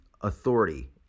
authority